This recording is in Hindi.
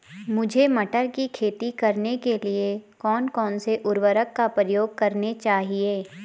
मुझे मटर की खेती करने के लिए कौन कौन से उर्वरक का प्रयोग करने चाहिए?